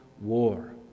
war